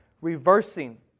Reversing